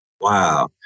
Wow